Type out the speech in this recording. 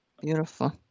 Beautiful